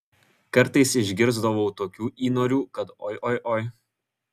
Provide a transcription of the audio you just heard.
kartais išgirsdavau tokių įnorių kad oi oi oi